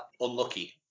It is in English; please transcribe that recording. unlucky